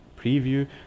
preview